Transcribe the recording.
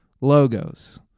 Logos